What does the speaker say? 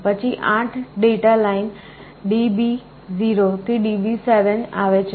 પછી 8 data line DB0 થી DB7 આવે છે